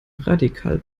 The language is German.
radikal